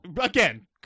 Again